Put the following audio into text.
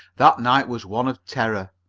that night was one of terror.